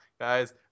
guys